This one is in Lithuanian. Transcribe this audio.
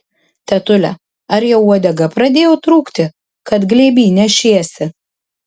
tetule ar jau uodega pradėjo trūkti kad glėby nešiesi